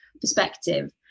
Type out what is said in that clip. perspective